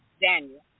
Daniel